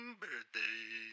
birthday